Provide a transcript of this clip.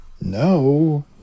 No